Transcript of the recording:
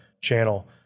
channel